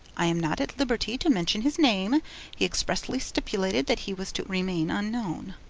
i am not at liberty to mention his name he expressly stipulated that he was to remain unknown